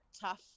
tough